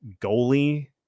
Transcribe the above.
goalie